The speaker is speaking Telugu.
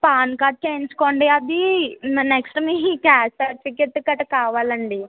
పాన్ కార్డు చేయించుకోండి అది నెక్స్ట్ మీ క్యాస్ట్ సర్టిఫికెట్ గట్రా కావాలండి